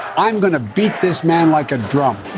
i'm going to beat this man like a drum